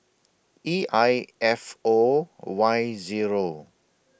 E I F O Y Zero